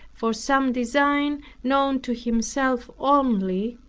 for some design known to himself only,